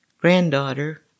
granddaughter